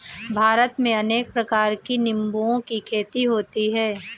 भारत में अनेक प्रकार के निंबुओं की खेती होती है